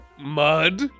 mud